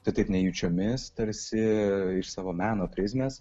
tai taip nejučiomis tarsi iš savo meno prizmės